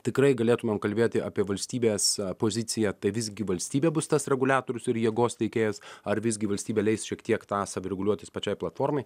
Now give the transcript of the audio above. tikrai galėtumėm kalbėti apie valstybės poziciją tai visgi valstybė bus tas reguliatorius ir jėgos teikėjas ar visgi valstybė leis šiek tiek tą savireguliuotis pačiai platformai